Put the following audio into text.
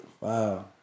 Wow